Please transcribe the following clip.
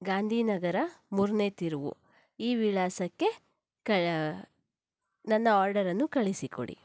ಗಾಂಧಿ ನಗರ ಮೂರನೇ ತಿರುವು ಈ ವಿಳಾಸಕ್ಕೆ ಕ ನನ್ನ ಆರ್ಡರನ್ನು ಕಳಿಸಿ ಕೊಡಿ